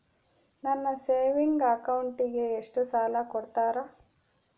ನನ್ನ ಸೇವಿಂಗ್ ಅಕೌಂಟಿಗೆ ಎಷ್ಟು ಸಾಲ ಕೊಡ್ತಾರ?